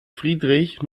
friedrich